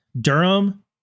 Durham